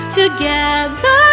together